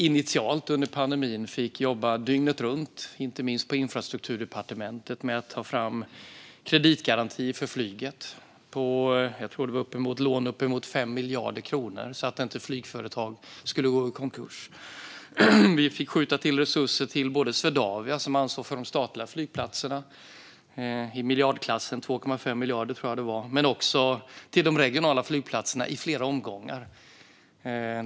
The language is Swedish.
Initialt fick vi då jobba dygnet runt på Infrastrukturdepartementet med att ta fram kreditgarantier för flyget. Det handlade om lån på uppemot 5 miljarder kronor för att flygföretag inte skulle gå i konkurs. Vi fick skjuta till resurser på 2,5 miljarder till Swedavia, som ansvarar för de statliga flygplatserna. Vi fick även i flera omgångar stötta de regionala flygplatserna.